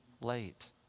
late